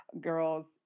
girls